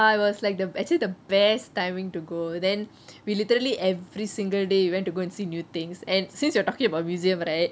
ya it was like the actually the best timing to go then we literally every single day we went to go and see new things and since you are talking about museum right